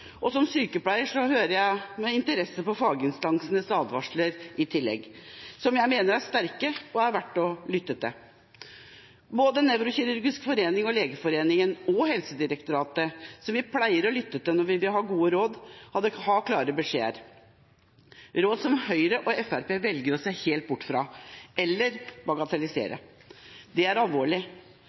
Og som sykepleier hører jeg med interesse på faginstansenes advarsler i tillegg, som jeg mener er sterke og verdt å lytte til. Norsk nevrokirurgisk forening, Legeforeningen og Helsedirektoratet, som vi pleier å lytte til når vi vil ha gode råd, har klare beskjeder. Dette er råd som Høyre og Fremskrittspartiet velger å se helt bort fra eller bagatelliserer. Det er alvorlig.